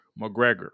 McGregor